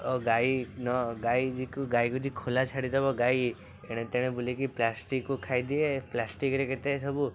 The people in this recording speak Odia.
ଓ ଗାଈ ନ ଗାଈ ଜିକୁ ଗାଈକୁ ଯଦି ଖୋଲା ଛାଡ଼ିଦେବ ଗାଈ ଏଣେ ତେଣେ ବୁଲିକି ପ୍ଲାଷ୍ଟିକ୍କୁ ଖାଇଦିଏ ପ୍ଲାଷ୍ଟିକ୍ ରେ କେତେ ସବୁ